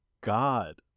God